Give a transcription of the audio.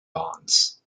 bonds